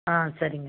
ஆ சரிங்க